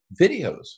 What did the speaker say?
videos